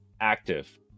active